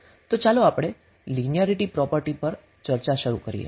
તો ચાલો આપણે લિનિયારીટી પ્રોપર્ટી પર ચર્ચા શરૂ કરીએ